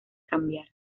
cambiar